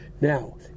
Now